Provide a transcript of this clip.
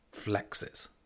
flexes